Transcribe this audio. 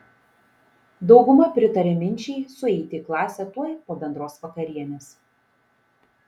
dauguma pritaria minčiai sueiti į klasę tuoj po bendros vakarienės